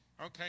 Okay